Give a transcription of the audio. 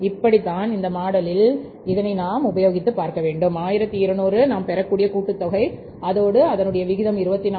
இப்படி தான் இந்த மாடலில் இதை நாம் உபயோகித்து பார்ப்போம் 1200 நாம் பெறக்கூடிய கூட்டுத் தொகை அதோடு அதனுடைய விகிதம் 24